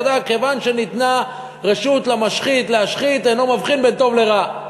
וכיוון שניתנה רשות למשחית להשחית הוא אינו מבחין בין טוב לרע.